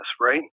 right